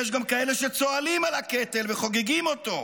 יש גם כאלה שצוהלים על הקטל וחוגגים אותו.